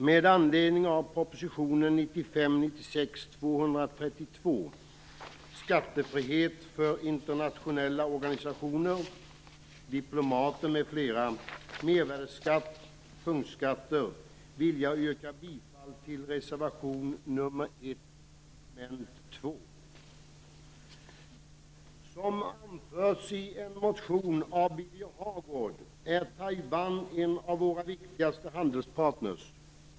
Med anledning av propositionen Taiwan en av våra viktigaste handelspartner.